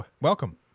welcome